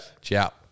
Ciao